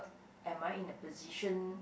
am I in a position